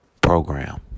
program